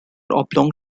oblong